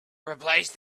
replace